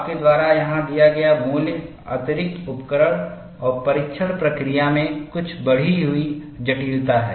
आपके द्वारा यहां दिया गया मूल्य अतिरिक्त उपकरण और परीक्षण प्रक्रिया में कुछ बढ़ी हुई जटिलता है